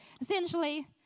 Essentially